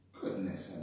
goodness